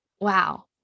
wow